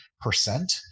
percent